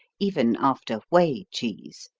even after whey cheese.